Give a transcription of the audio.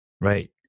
right